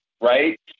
right